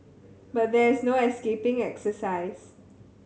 but there is no escaping exercise